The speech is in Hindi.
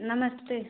नमस्ते